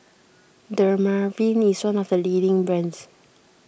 Dermaveen is one of the leading brands